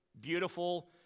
Beautiful